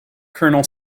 colonel